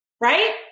right